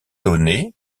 donnés